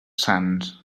sants